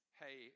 hey